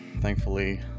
Thankfully